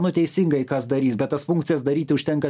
nu teisingai kas darys bet tas funkcijas daryti užtenka